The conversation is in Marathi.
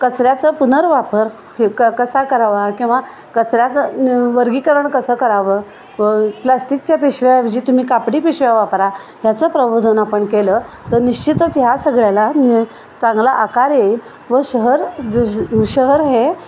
कचऱ्याचं पुनर्वापर क कसा करावा किंवा कचऱ्याचं वर्गीकरण कसं करावं व प्लास्टिकच्या पिशव्या ऐवजी तुम्ही कापडी पिशव्या वापरा ह्याचं प्रबोधन आपण केलं तर निश्चितच ह्या सगळ्याला नि चांगला आकार येईल व शहर ज शहर हे